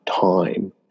time